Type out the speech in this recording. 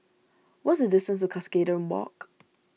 what is the distance to Cuscaden Walk